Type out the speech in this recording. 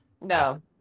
No